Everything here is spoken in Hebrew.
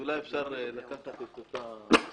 אז אולי אפשר לקחת את אותו מודל.